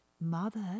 mother